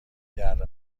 دره